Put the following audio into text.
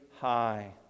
high